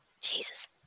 Jesus